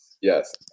yes